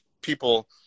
people